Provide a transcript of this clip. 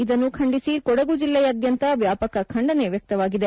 ಇದನ್ನು ಖಂಡಿಸಿ ಕೊಡಗು ಜಿಲ್ಲೆಯದ್ವಾಂತ ವ್ಯಾಪಕ ಖಂಡನೆ ವ್ಯಕ್ತವಾಗಿದೆ